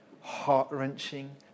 heart-wrenching